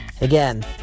Again